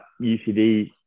UCD